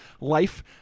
life